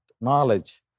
knowledge